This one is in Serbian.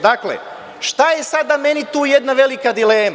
Dakle, šta je sada meni tu jedna velika dilema?